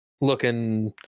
looking